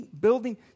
Building